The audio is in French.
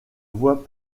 voie